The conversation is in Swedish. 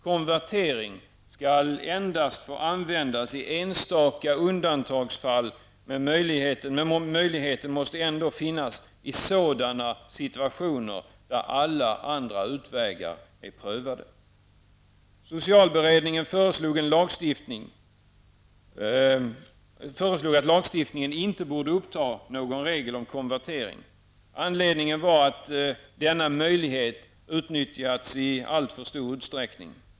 Konvertering skall endast få användas i enstaka undantagsfall, men möjligheten måste ändå finnas i sådana situationer där alla andra utvägar är prövade. Socialberedningen föreslog att lagstiftningen inte skulle uppta någon regel om konvertering. Anledningen var att denna möjlighet utnyttjats i alltför stor utsträckning.